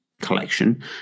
collection